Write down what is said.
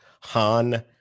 han